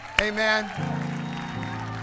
Amen